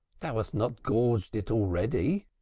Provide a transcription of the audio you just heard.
thou hast not gorged it already?